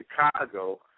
Chicago